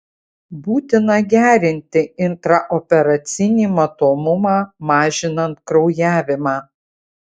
būtina gerinti intraoperacinį matomumą mažinant kraujavimą